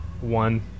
one